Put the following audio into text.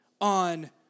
on